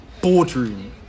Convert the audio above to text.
Boardroom